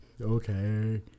Okay